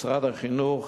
משרד החינוך